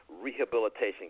Rehabilitation